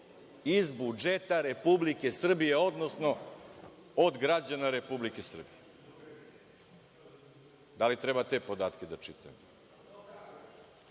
iz budžeta Republike Srbije, odnosno od građana Republike Srbije. Da li treba te podatke da čitam? Idemo